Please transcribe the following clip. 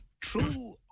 true